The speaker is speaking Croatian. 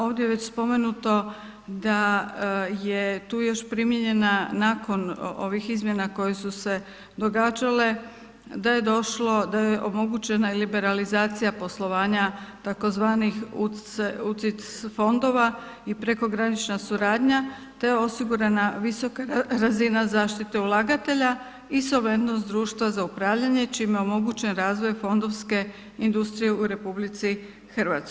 Ovdje je već spomenuto da je tu još primijenjena nakon ovih izmjena koje su se događale da je došlo, da je omogućena liberalizacija poslovanja tzv. UCITS fondova i prekogranična suradnja te je osigurana visoka razina zaštite ulagatelja i solventnost društva za upravljanje čime je omogućen razvoj fondovske industrije u RH.